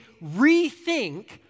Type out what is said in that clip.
rethink